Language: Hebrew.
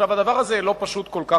הדבר הזה לא פשוט כל כך,